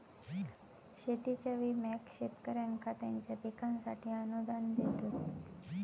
शेतीच्या विम्याक शेतकऱ्यांका त्यांच्या पिकांसाठी अनुदान देतत